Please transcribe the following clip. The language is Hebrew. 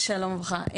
שלום וברכה,